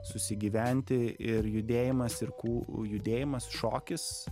susigyventi ir judėjimas ir kū judėjimas šokis